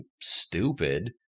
stupid